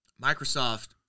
Microsoft